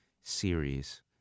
series